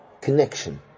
connection